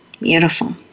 Beautiful